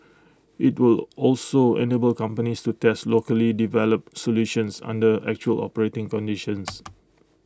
IT will also enable companies to test locally developed solutions under actual operating conditions